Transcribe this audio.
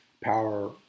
power